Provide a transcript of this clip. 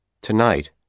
Tonight